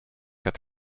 het